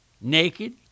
naked